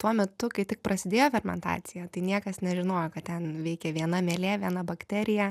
tuo metu kai tik prasidėjo fermentacija tai niekas nežinojo kad ten veikia viena mielė viena bakterija